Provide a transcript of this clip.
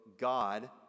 God